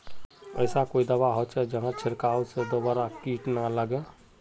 कोई ऐसा दवा होचे जहार छीरकाओ से दोबारा किट ना लगे?